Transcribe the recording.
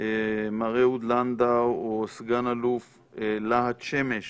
מר אהוד לנדאו או סגן אלוף להט שמש